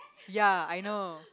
ya I know